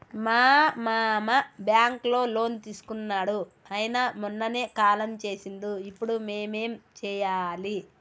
మా మామ బ్యాంక్ లో లోన్ తీసుకున్నడు అయిన మొన్ననే కాలం చేసిండు ఇప్పుడు మేం ఏం చేయాలి?